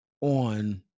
on